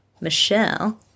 Michelle